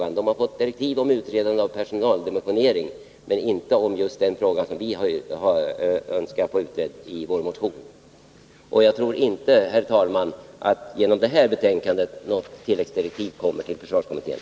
Den har visserligen fått direktiv om utredande av personaldimensionering, men inte om utredande av just den fråga som vi i vår motion önskar få utredd. Och jag tror inte, herr talman, att försvarskommittén genom detta betänkande får något tilläggsdirektiv.